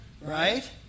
right